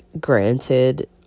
granted